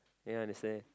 ya that's why